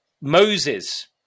Moses